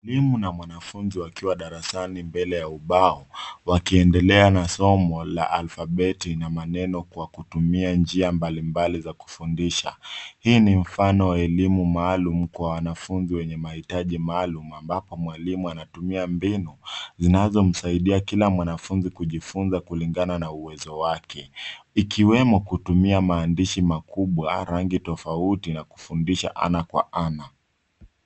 Mwalimu na mwanafunzi wakiwa darasani mbele ya ubao, wakiendelea na somo la alfabeti na maneno kwa kutumia njia mbalimbali za kufundisha. Hii ni mfano wa elimu maalum kwa wanafunzi wenye mahitaji maalum ambapo mwalimu anatumia mbinu zinazomsaidia kila mwanafunzi kujifunza kulingana na uwezo wake; ikiwemo kutumia maandishi makubwa, rangi tofauti, na kufundisha ana kwa ana.